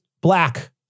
black